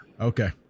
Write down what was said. Okay